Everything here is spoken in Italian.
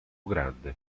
grande